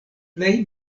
plej